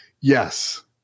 Yes